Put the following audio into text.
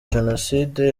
jenoside